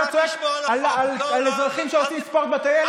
צועק על אזרחים שעושים ספורט בטיילת?